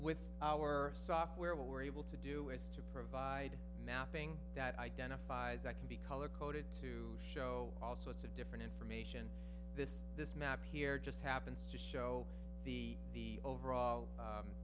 with our software what we're able to do is to provide mapping that identifies that can be color coded to show all sorts of different information this this map here just happens to show the the overall